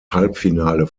halbfinale